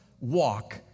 Walk